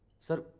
sir?